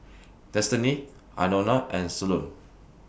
Destiny Anona and Solon